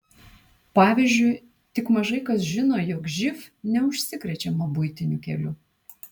pavyzdžiui tik mažai kas žino jog živ neužsikrečiama buitiniu keliu